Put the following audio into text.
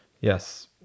Yes